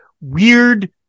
weird